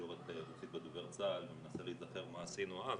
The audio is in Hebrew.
תקשורת תיירותית בדובר צה"ל ומנסה להיזכר מה עשינו אז,